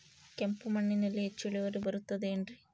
ಕೆಂಪು ಮಣ್ಣಲ್ಲಿ ಹೆಚ್ಚು ಇಳುವರಿ ಬರುತ್ತದೆ ಏನ್ರಿ?